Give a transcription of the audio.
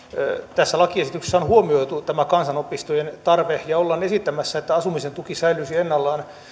tässä lakiesityksessä on huomioitu tämä kansanopistojen tarve ja ollaan esittämässä että asumisen tuki säilyisi ennallaan